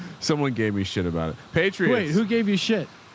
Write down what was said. someone gave me shit about it. patriot who gave you shit?